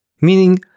Meaning